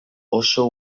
oso